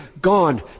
gone